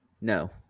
No